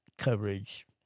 Coverage